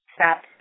Stop